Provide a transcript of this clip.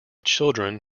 children